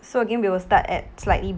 so again we will start at slightly